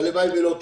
הלוואי ולא תקרה.